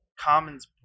Common's